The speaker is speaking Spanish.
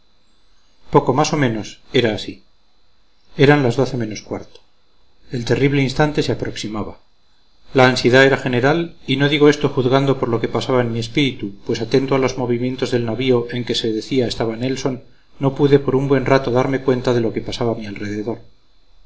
f nepomuceno e eran las doce menos cuarto el terrible instante se aproximaba la ansiedad era general y no digo esto juzgando por lo que pasaba en mi espíritu pues atento a los movimientos del navío en que se decía estaba nelson no pude por un buen rato darme cuenta de lo que pasaba a mi alrededor